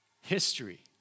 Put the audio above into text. History